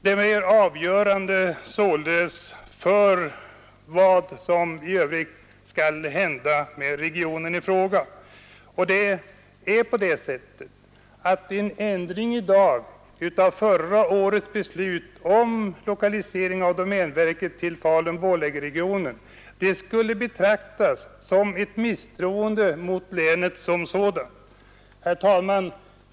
Det är avgörande för vad som i Övrigt skall hända med regionen, och en ändring i dag av förra årets beslut om lokalisering av domänverket till Falun-Borlängeregionen skulle betraktas som ett misstroende mot länet som sådant. Herr talman!